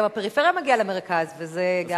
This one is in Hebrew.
גם הפריפריה מגיעה למרכז וזה גם,